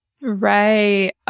Right